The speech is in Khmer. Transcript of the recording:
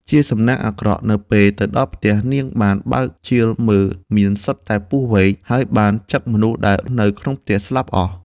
ជាសំណាងអាក្រក់ នៅពេលទៅដល់ផ្ទះ នាងបានបើកជាលមើលមានសុទ្ធតែពស់វែក ហើយបានចឹកមនុស្សដែលនៅក្នុងផ្ទះស្លាប់អស់។